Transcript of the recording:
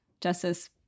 justice